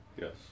Yes